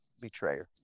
betrayer